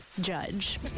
judge